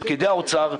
לפקידי משרד האוצר,